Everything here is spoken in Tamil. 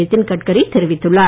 நிதின் கட்கரி தெரிவித்துள்ளார்